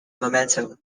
momentum